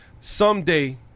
Someday